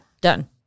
done